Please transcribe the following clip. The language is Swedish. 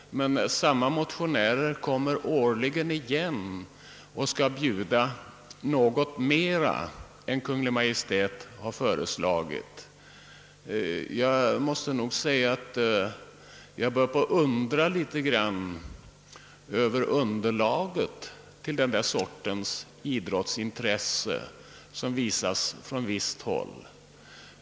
Samma motionärer kommer årligen igen och bjuder något mera än vad Kungl. Maj:t föreslagit. Man börjar undra litet över underlaget till den sortens idrottsintresse som visas från visst håll.